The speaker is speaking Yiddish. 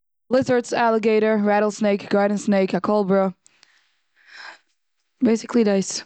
ליזערדס, עלעגעטער, רעדל סנעיק, גארדען סנעיק, א קאלברע. בעיסיקלי דאס.